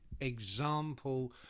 example